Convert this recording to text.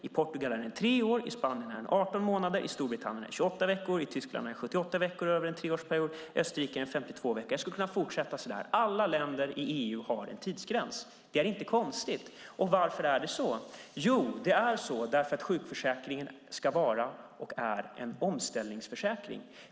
I Portugal är den tre år. I Spanien är den 18 månader. I Storbritannien är den 28 veckor. I Tyskland är den 78 veckor under en treårsperiod. I Österrike är den 52 veckor. Jag skulle kunna fortsätta. Alla länder i EU har en tidsgräns. Det är inte konstigt. Och varför är det så? Jo, därför att sjukförsäkringen ska vara och är en omställningsförsäkring.